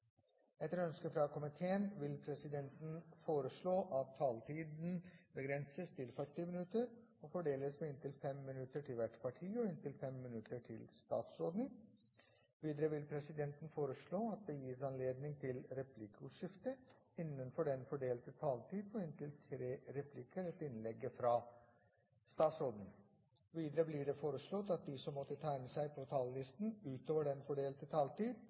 Etter ønske fra næringskomiteen vil presidenten foreslå at taletiden begrenses til 40 minutter og fordeles med inntil 5 minutter til hvert parti og inntil 5 minutter til statsråden. Videre vil presidenten foreslå at det gis anledning til replikkordskifte på inntil tre replikker med svar etter innlegget fra statsråden innenfor den fordelte taletid. Videre blir det foreslått at de som måtte tegne seg på talerlisten utover den fordelte taletid,